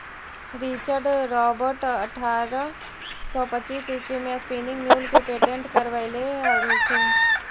Richard Robert अट्ठरह सौ पच्चीस ईस्वी में स्पीनिंग म्यूल के पेटेंट करवैले हलथिन